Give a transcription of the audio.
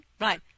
right